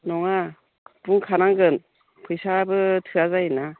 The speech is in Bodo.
नङा बुंखानांगोन फैसाबो थोआ जायोना